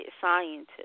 scientists